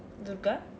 durga